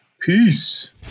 peace